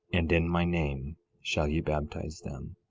and in my name shall ye baptize them.